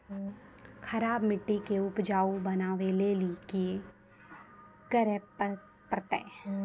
खराब मिट्टी के उपजाऊ बनावे लेली की करे परतै?